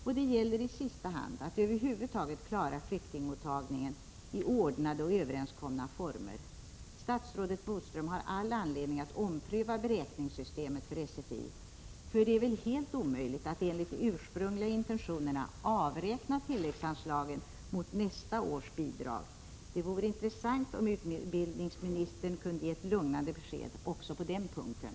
Och det gäller i sista hand att över huvud taget klara flyktingmottagandet i ordnade och överenskomna former. Statsrådet Bodström har all anledning att ompröva beräkningssystemet när det gäller sfi, för det är väl helt omöjligt att enligt de ursprungliga intentionerna avräkna tilläggsanslagen mot nästa års bidrag. Det vore intressant om utbildningsministern kunde ge ett lugnande besked också på den här punkten.